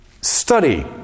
Study